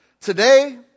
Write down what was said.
Today